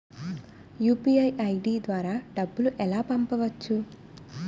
UPI ID ద్వారా డబ్బులు ఎలా పంపవచ్చు?